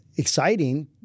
Exciting